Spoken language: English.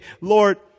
Lord